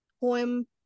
Poem